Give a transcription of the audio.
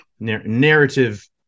narrative